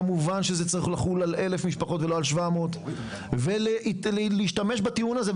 כמובן שזה צריך לחול על 1,000 משפחות ולא על 700. ולהשתמש בטיעון הזה,